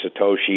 Satoshi